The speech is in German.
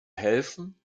helfen